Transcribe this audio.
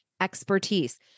expertise